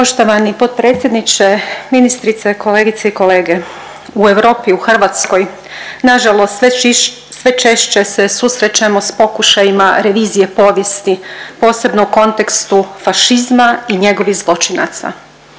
Poštovani potpredsjedniče, ministrice, kolegice i kolege. U Europi, u Hrvatskoj nažalost sve češće se susrećemo s pokušajima revizije povijesti posebno u kontekstu fašizma i njegovih zločinaca,